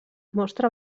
mostra